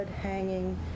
hanging